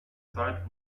zeit